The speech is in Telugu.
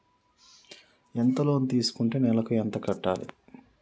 ఎంత లోన్ తీసుకుంటే నెలకు ఎంత కట్టాలి?